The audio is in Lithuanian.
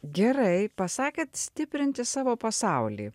gerai pasakėt stiprinti savo pasaulį